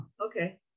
okay